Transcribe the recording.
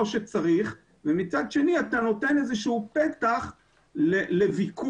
שצריך ומצד שני אתה נותן איזשהו פתח לוויכוח,